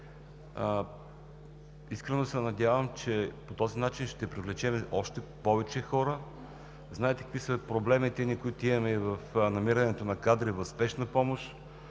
Искрено се надявам, че по този начин ще привлечем още повече хора. Знаете какви са проблемите, които имаме в намирането на кадри в „Спешна помощ“.